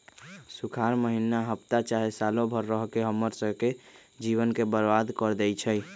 सुखार माहिन्ना हफ्ता चाहे सालों भर रहके हम्मर स के जीवन के बर्बाद कर देई छई